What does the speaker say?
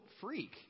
freak